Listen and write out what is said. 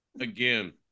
again